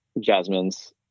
Jasmine's